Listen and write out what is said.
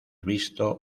visto